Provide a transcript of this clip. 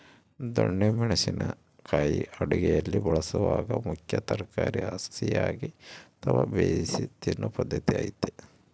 ದೊಣ್ಣೆ ಮೆಣಸಿನ ಕಾಯಿ ಅಡುಗೆಯಲ್ಲಿ ಬಳಸಲಾಗುವ ಮುಖ್ಯ ತರಕಾರಿ ಹಸಿಯಾಗಿ ಅಥವಾ ಬೇಯಿಸಿ ತಿನ್ನೂ ಪದ್ಧತಿ ಐತೆ